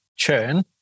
Churn